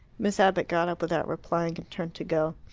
miss abbott got up without replying and turned to go.